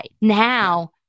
Now